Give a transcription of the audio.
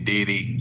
Diddy